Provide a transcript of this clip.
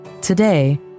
Today